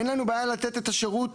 אין לנו בעיה לתת את השירות,